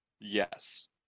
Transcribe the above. Yes